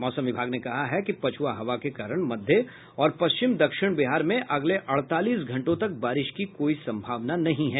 मौसम विभाग ने कहा है कि पछुआ हवा के कारण मध्य और पश्चिम दक्षिण बिहार में अगले अड़तालीस घंटों तक बारिश की कोई सम्भावना नहीं है